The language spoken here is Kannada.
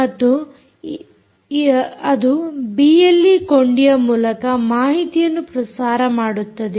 ಮತ್ತು ಅದು ಬಿಎಲ್ಈ ಕೊಂಡಿಯ ಮೂಲಕ ಮಾಹಿತಿಯನ್ನು ಪ್ರಸಾರ ಮಾಡುತ್ತದೆ